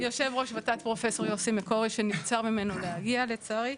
יושב-ראש ות"ת פרופסור יוסי מקורי שנבצר ממנו להגיע לצערי,